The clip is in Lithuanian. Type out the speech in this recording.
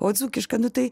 o dzūkiška nu tai